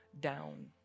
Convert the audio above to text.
down